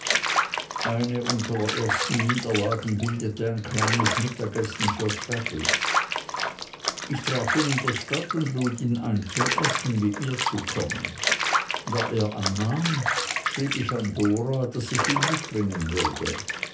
eine unserer ersten niederlagen bildete ein kleines mittagessen für traddles ich traf ihn in der stadt und lud ihn ein zum essen mit mir zu kommen da er annahm schrieb ich an dora daß ich ihn mitbringen würde